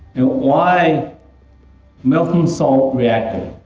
why molten salt reactor?